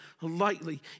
lightly